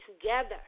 together